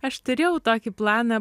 aš turėjau tokį planą